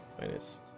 minus